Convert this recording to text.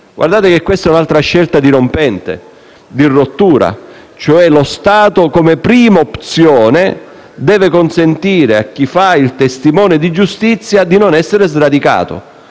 d'origine. Questa è un'altra scelta dirompente, di rottura. Lo Stato, come prima opzione, deve consentire a chi fa il testimone di giustizia di non essere sradicato.